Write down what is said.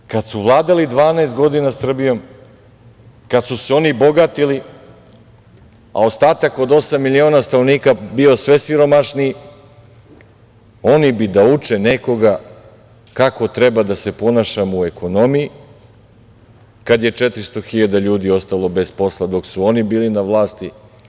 I, sad kada su vladali 12 godina Srbijom, kad su se oni bogatili, a ostatak od osam miliona stanovnika bio sve siromašniji, oni bi da uče nekoga kako treba da se ponašamo u ekonomiji kad je 400 hiljada ljudi ostalo bez posla dok su oni bili na vlasti.